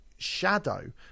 shadow